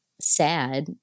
sad